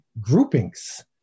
groupings